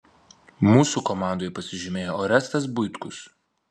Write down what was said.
mūsų komandoje pasižymėjo orestas buitkus